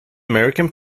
american